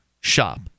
shop